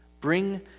Bring